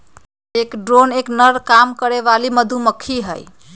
एक ड्रोन एक नर काम करे वाली मधुमक्खी हई